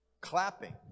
clapping